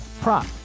prop